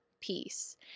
peace